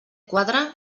quadre